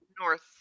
north